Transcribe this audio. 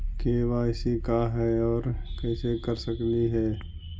KYC का है, और कैसे कर सकली हे?